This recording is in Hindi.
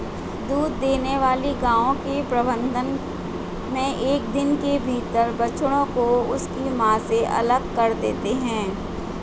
दूध देने वाली गायों के प्रबंधन मे एक दिन के भीतर बछड़ों को उनकी मां से अलग कर देते हैं